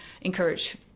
encourage